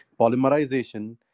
polymerization